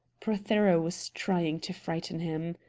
prothero was trying to frighten him.